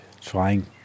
trying